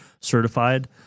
certified